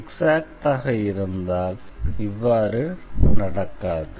எக்ஸாக்ட்டாக இருந்தால் இப்படி நடக்காது